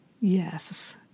Yes